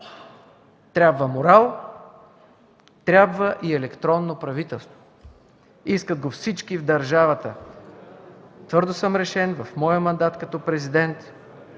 трябва морал,. Трябва и електронно правителство. Искат го всички в държавата. Твърдо съм решен в моя мандат като президент,